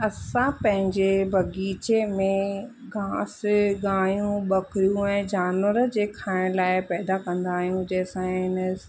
असां पंहिंजे बाग़ीचे में घास गांहियूं बकरियूं ऐं जानवर जे खाइण लाइ पैदा कंदा आहियूं जंहिंसां इन